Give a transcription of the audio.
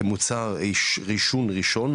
כמוצר עישון ראשון,